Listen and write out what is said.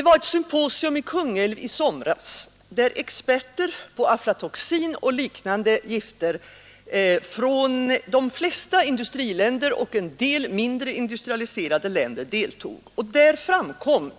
Vid ett symposium i Kungälv i somras, där experter på aflatoxin och liknande gifter från de flesta industriländer och en del mindre industrialiserade länder deltog, framkom